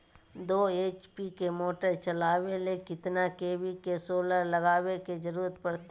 दो एच.पी के मोटर चलावे ले कितना के.वी के सोलर लगावे के जरूरत पड़ते?